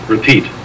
Repeat